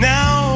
Now